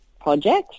projects